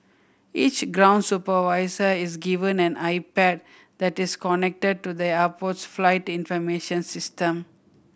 each ground supervisor is given an iPad that is connected to the airport's flight information system